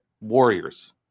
warriors